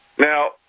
Now